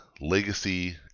legacy